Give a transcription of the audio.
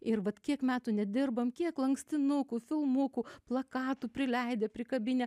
ir vat kiek metų nedirbam kiek lankstinukų filmukų plakatų prileidę prikabinę